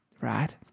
right